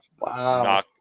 Wow